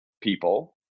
people